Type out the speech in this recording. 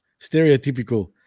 stereotypical